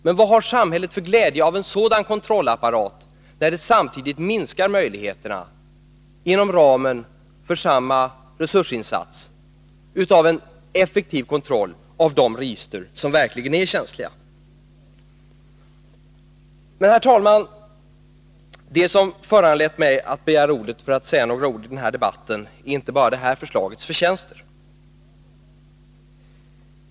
Men vad har samhället för glädje av en sådan kontrollapparat, när det samtidigt minskar möjligheterna inom ramen för samma resursinsats till en effektiv kontroll av de register som verkligen är känsliga? Men, herr talman, det som föranlett mig att begära ordet är inte bara förslagets förtjänster.